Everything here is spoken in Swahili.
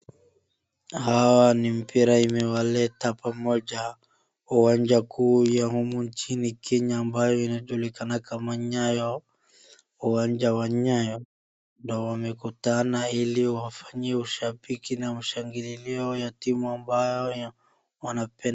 Hawa ni mpira imewaleta pamoja uwanja kuu ya humu nchini Kenya ambayo inaojulikana kama Nyayo. Uwanja wa Nyayo ndoo wamekutana ili wafanye ushabiki na ushangililio ya timu ambayo wanapenda.